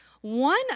one